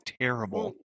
terrible